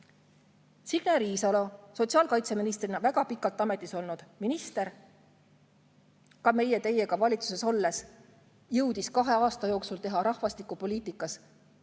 Signe Riisalo sotsiaalkaitseministrina, väga pikalt ametis olnud minister, ka meie valitsuses olles jõudis kahe aasta jooksul teha rahvastikupoliitikas kolm